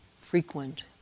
frequent